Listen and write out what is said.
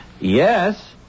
Yes